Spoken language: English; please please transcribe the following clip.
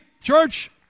church